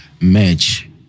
match